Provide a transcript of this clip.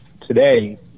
today